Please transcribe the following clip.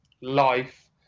life